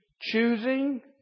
choosing